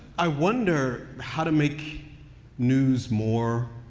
i wonder how to make news more,